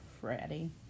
Freddie